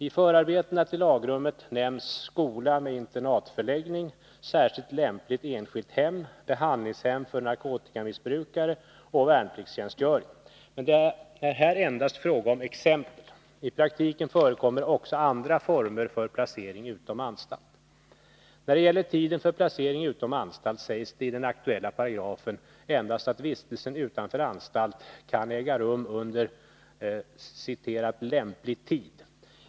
I förarbetena till lagrummet nämns skola med internatförläggning, särskilt lämpligt enskilt hem, behandlingshem för narkotikamissbrukare och värnpliktstjänstgöring, men det är här endast fråga om exempel. I praktiken förekommer också andra former för placering utom anstalt. När det gäller tiden för placering utom anstalt sägs det i den aktuella paragrafen endast att vistelsen utanför anstalt kan äga rum under ”lämplig tid”.